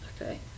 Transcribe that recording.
Okay